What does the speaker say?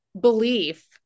belief